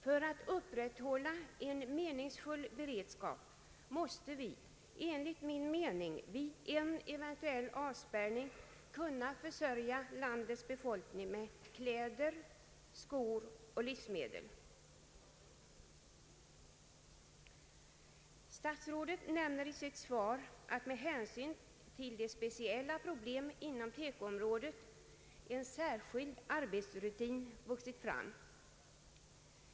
För att upprätthålla en meningsfull beredskap måste vi enligt min uppfattning vid en eventuell avspärrning kunna försörja landets befolkning med kläder, skor och livsmedel. Statsrådet nämner i sitt svar att med hänsyn till de speciella problemen innom TEKO-området har en särskild arbetsrutin vuxit fram.